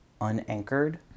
unanchored